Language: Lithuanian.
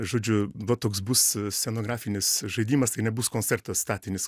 žodžiu va toks bus scenografinis žaidimas tai nebus koncertas statinis